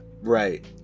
right